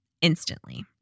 instantly